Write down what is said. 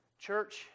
Church